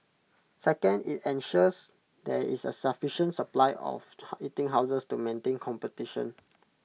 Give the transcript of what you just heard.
second IT ensures there is A sufficient supply of eating houses to maintain competition